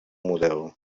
model